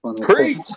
great